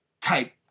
type